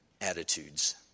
attitudes